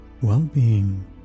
well-being